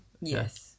Yes